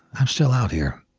i'm still out here.